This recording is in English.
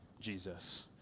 Jesus